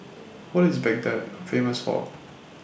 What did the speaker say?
What IS Baghdad Famous For